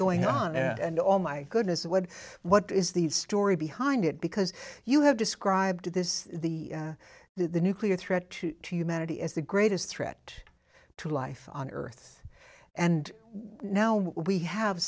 going on and all my goodness what what is the story behind it because you have described this the the nuclear threat to humanity as the greatest threat to life on earth and now we have